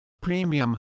premium